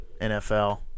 NFL